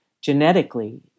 genetically